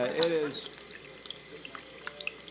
ah it is pre-microbiology,